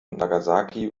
nagasaki